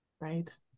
Right